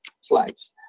slides